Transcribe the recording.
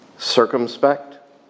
circumspect